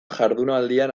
jardunaldian